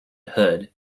hood